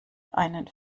einen